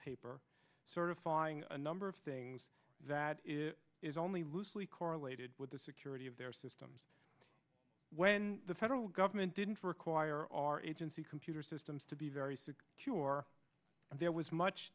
paper certifying a number of things that is only loosely correlated with the security of their systems when the federal government didn't require our agency computer systems to be very secure and there was much